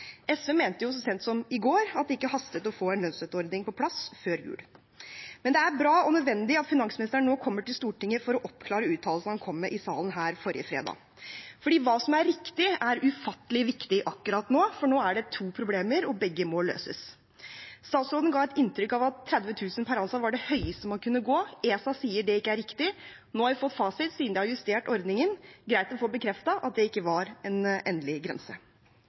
SV mente jo så sent som i går at det ikke hastet å få en lønnsstøtteordning på plass før jul. Men det er bra og nødvendig at finansministeren nå kommer til Stortinget for å oppklare uttalelsen han kom med i denne salen forrige fredag, fordi hva som er riktig, er ufattelig viktig akkurat nå, for nå er det to problemer og begge må løses. Statsråden ga et inntrykk av at 30 000 per ansatt var det høyeste man kunne gå. ESA sier at det ikke er riktig. Nå har vi fått fasit, siden de har justert ordningen. Det er greit å få bekreftet at det ikke var en endelig grense.